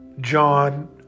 John